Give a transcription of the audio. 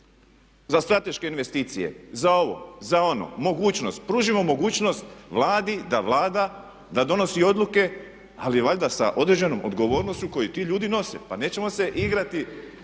za strateške investicije, za ovo, za ono, mogućnost. Pružimo mogućnost Vladi da vlada, da donosi odluke ali valjda sa određenom odgovornošću koju ti ljudi nose. Pa nećemo se igrati